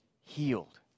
healed